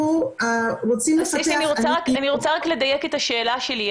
אני רוצה לדייק את השאלה שלי.